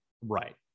Right